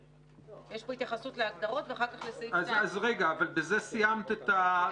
יש פה התייחסות להגדרות ואחר כך לסעיף 2. אבל בזה סיימת את?